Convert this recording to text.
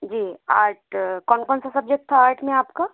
जी art कौन कौन सा सब्जेक्ट था आर्ट में आप का